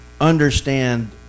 understand